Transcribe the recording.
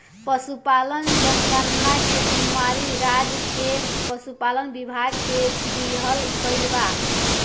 पसुपालन जनगणना के जिम्मेवारी राज्य के पसुपालन विभाग के दिहल गइल बा